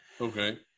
Okay